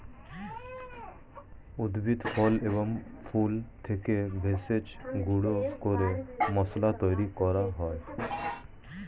উদ্ভিদ, ফল এবং ফুল থেকে ভেষজ গুঁড়ো করে মশলা তৈরি করা হয়